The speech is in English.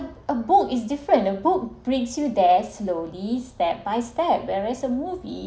a book is different the book brings you there slowly step by step whereas a movie